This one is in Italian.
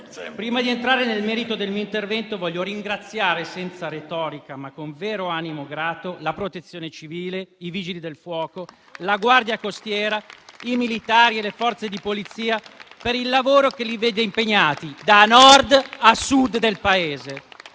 prima di entrare nel merito del mio intervento, voglio ringraziare senza retorica, ma con vero animo grato, la Protezione civile, i Vigili del fuoco, la Guardia costiera, i militari e le Forze di polizia, per il lavoro che li vede impegnati da Nord a Sud del Paese,